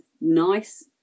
nice